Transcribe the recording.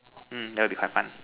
hmm that will be quite fun